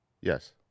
yes